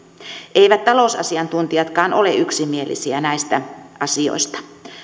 eivät talousasiantuntijatkaan ole yksimielisiä näistä asioista